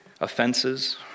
offenses